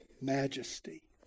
majesty